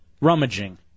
rummaging